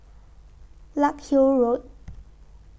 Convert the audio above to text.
Larkhill Road